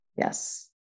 Yes